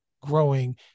growing